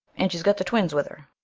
and she's got the twins with her.